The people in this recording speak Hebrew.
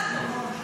זה הכול.